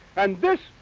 and this,